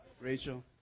Rachel